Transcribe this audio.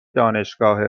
دانشگاه